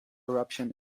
eruption